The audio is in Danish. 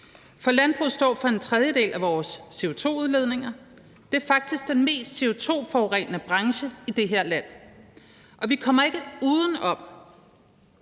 For landbruget står for en tredjedel af vores CO2-udledninger – det er faktisk den mest CO2-forurenende branche i det her land – og vi kommer ikke uden om